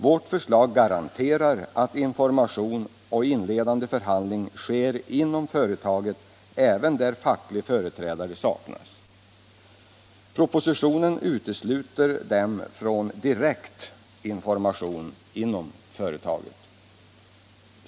Vårt förslag garanterar att information och inledande förhandlingar sker inom företaget, även när facklig företrädare saknas. Propositionen utesluter dem från direkt information och överläggning inom företaget.